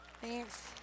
Thanks